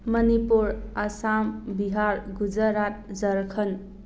Manipur Assam Bihar Gujarat Jharkhand